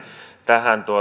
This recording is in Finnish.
tähän